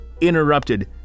interrupted